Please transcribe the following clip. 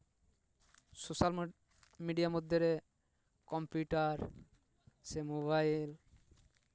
social media ᱢᱚᱫᱽᱫᱷᱮᱨᱮ computer ᱥᱮ mobile